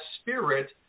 spirit